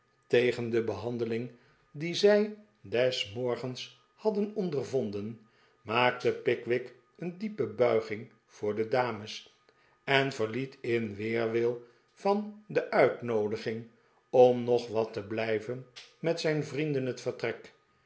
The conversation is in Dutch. tegen de behandeling die zij des de pickwick club morgens hadden oridervonden maakte pickwick een diepe buiging voor de dames en verliet in weerwil van de uitnoodiging om nog wat te blijven met zijn vrienden het vertrek